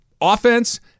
offense